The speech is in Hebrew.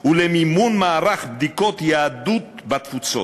ולמימון מערך בדיקות יהדות בתפוצות.